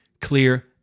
clear